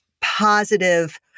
positive